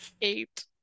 Eight